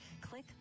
click